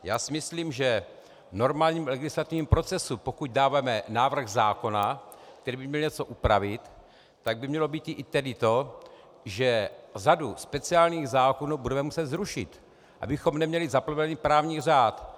Já si myslím, že v normálním legislativním procesu, pokud dáváme návrh zákona, který by měl něco upravit, tak by mělo být i to, že řadu speciálních zákonů budeme muset zrušit, abychom neměli zaplevelený právní řád.